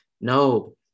No